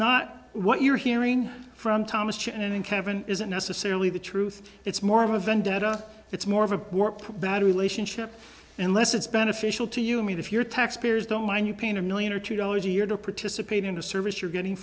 not what you're hearing from thomas and kevin isn't necessarily the truth it's more of a vendetta it's more of a bad relationship unless it's beneficial to you i mean if your taxpayers don't mind you paint a million or two dollars a year to participate in a service you're getting